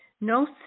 No